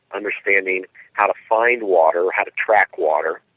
understanding how to find water, how to track water.